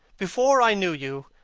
before i knew you,